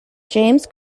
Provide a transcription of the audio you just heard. james